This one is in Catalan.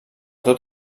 tot